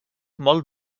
molt